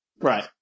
Right